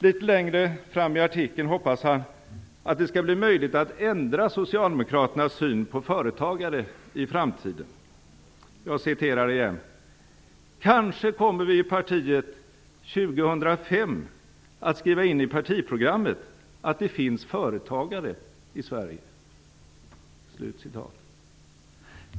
Litet längre fram i artikeln hoppas han att det skall bli möjligt att ändra socialdemokraternas syn på företagare i framtiden: "Kanske kommer vi i partiet 2005 att skriva in i partiprogrammet att det finns företagare i Sverige."